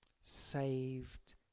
saved